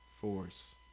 Force